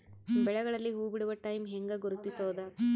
ಬೆಳೆಗಳಲ್ಲಿ ಹೂಬಿಡುವ ಟೈಮ್ ಹೆಂಗ ಗುರುತಿಸೋದ?